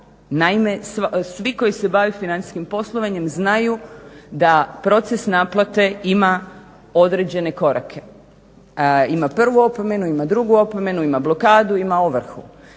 Naime, svi koji se bavi financijskim poslovanjem znaju da proces naplate ima određene korake, ima prvu opomenu, ima drugu opomenu, ima blokadu, ima ovrhu.